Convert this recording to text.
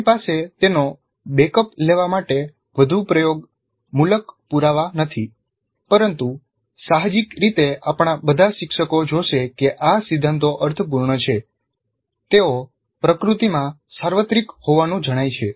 આપણી પાસે તેનો બેકઅપ લેવા માટે વધુ પ્રયોગ મૂલક પુરાવા નથી પરંતુ સાહજિક રીતે આપણા બધા શિક્ષકો જોશે કે આ સિદ્ધાંતો અર્થપૂર્ણ છે તેઓ પ્રકૃતિમાં સાર્વત્રિક હોવાનું જણાય છે